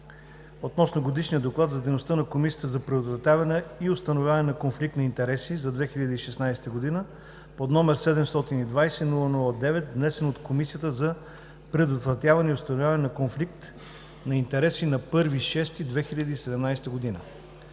приеме Годишния доклад за дейността на Комисията за предотвратяване и установяване на конфликт на интереси за 2016 г., № 720-00-9, внесен от Комисията за предотвратяване и установяване на конфликт на интереси на 1 юни 2017 г.“